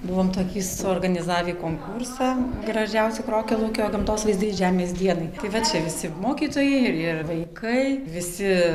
buvom tokį suorganizavę konkursą gražiausi krokialaukio gamtos vaizdai žemės dienai tai va čia visi mokytojai ir ir vaikai visi